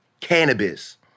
Cannabis